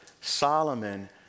Solomon